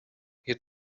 hier